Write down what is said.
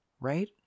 right